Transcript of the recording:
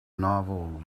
novel